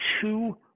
two